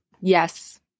yes